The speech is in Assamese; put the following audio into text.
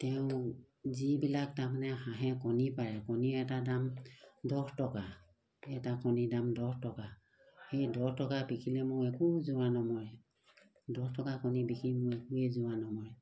তেওঁ যিবিলাক তাৰমানে হাঁহে কণী পাৰে কণীৰ এটা দাম দহ টকা এটা কণী দাম দহ টকা সেই দহ টকা বিকিলে মোক একো জোৰা নমৰে দহ টকা কণী বিকি মোৰ একোৱে জোৰা নমৰে